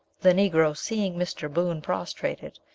the negro, seeing mr. boon prostrated,